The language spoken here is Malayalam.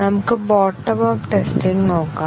നമുക്ക് ബോട്ടം അപ്പ് ടെസ്റ്റിങ് നോക്കാം